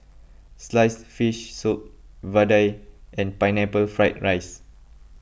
Sliced Fish Soup Vadai and Pineapple Fried Rice